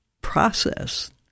process